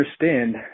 understand